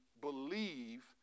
believe